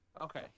Okay